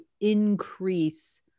increase